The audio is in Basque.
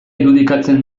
irudikatzen